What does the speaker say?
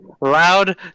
loud